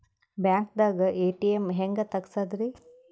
ಬ್ಯಾಂಕ್ದಾಗ ಎ.ಟಿ.ಎಂ ಹೆಂಗ್ ತಗಸದ್ರಿ?